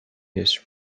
his